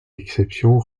exception